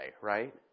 right